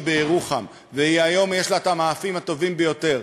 בירוחם והיום יש לה את המאפים הטובים ביותר,